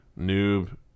noob